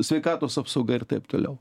sveikatos apsauga ir taip toliau